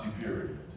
period